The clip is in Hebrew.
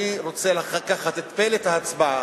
אני רוצה לקחת את פלט ההצבעה,